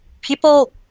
people